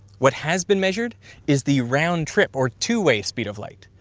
what has been measured is the round trip or two-way speed of light,